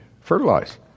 fertilize